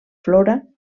flora